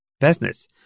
business